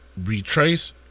retrace